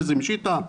חזי משיטה,